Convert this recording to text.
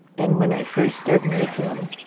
and when i first started making them,